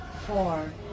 four